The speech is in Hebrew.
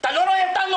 אתה לא רואה אותנו?